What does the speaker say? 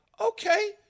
okay